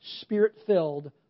Spirit-filled